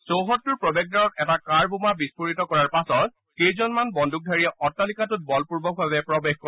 চৌহদটোৰ প্ৰৱেশদ্বাৰত এটা কাৰ বোমা বিস্ফোৰিত কৰাৰ পাছত কেইজনমান বন্দুকধাৰীয়ে অট্টালিকাটোত বলপূৰ্বকভাৱে প্ৰৱেশ কৰে